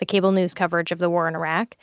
the cable news coverage of the war in iraq.